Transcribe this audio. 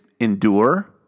endure